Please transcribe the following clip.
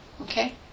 okay